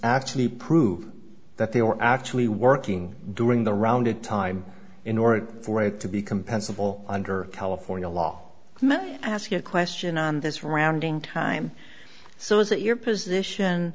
actually prove that they were actually working during the rounded time in order for it to be compensable under california law men ask a question on this rounding time so is it your position